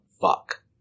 fuck